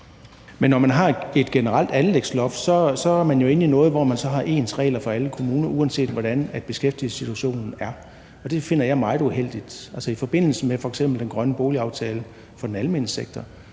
Men når man har et generelt anlægsloft, er man jo inde i noget, hvor man har ens regler for alle kommuner, uanset hvordan beskæftigelsessituationen er, og det finder jeg meget uheldigt. Altså, i forbindelse med f.eks. den grønne boligaftale for den almene sektor